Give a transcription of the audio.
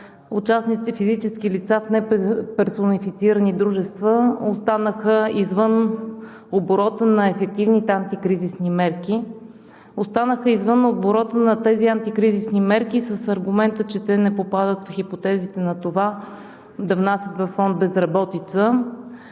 участници, физически лица в неперсонифицирани дружества останаха извън оборота на ефективните антикризисни мерки. Останаха извън оборота на тези антикризисни мерки с аргумента, че те не попадат в хипотезите на това да внасят във фонд „Безработица“.